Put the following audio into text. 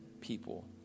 people